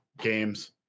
games